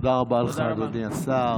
תודה רבה לך, אדוני השר.